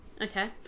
Okay